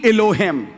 Elohim